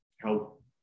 help